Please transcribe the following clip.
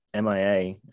MIA